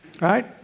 Right